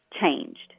changed